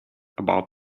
about